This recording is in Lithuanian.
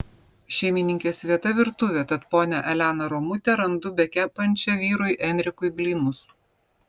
šeimininkės vieta virtuvė tad ponią eleną romutę randu bekepančią vyrui enrikui blynus